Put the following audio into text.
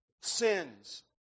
sins